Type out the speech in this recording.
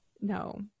no